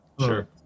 Sure